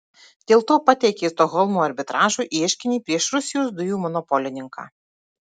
dėl to pateikė stokholmo arbitražui ieškinį prieš rusijos dujų monopolininką